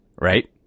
right